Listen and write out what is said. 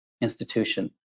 institution